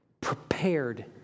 prepared